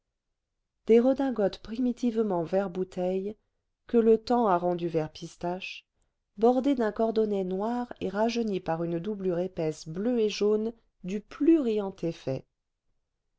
des redingotes primitivement vert bouteille que le temps a rendues vert pistache bordées d'un cordonnet noir et rajeunies par une doublure écossaise bleue et jaune du plus riant effet